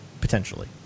potentially